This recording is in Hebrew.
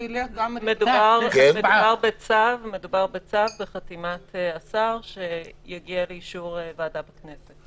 מדובר בצו בחתימת השר שיגיע לאישור ועדה בכנסת.